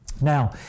Now